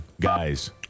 guys